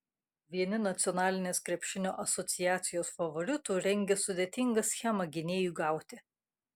vieni nacionalinės krepšinio asociacijos favoritų rengia sudėtingą schemą gynėjui gauti